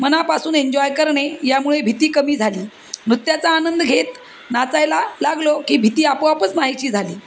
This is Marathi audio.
मनापासून एन्जॉय करणे यामुळे भीती कमी झाली नृत्याचा आनंद घेत नाचायला लागलो की भीती आपोआपच नाहीशी झाली